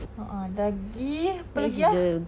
a'ah lagi apa lagi ah